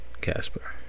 Casper